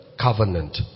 covenant